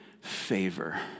favor